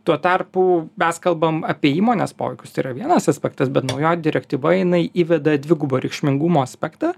tuo tarpu mes kalbam apie įmonės poveikius tai yra vienas aspektas bet naujoji direktyva jinai įveda dvigubo reikšmingumo aspektą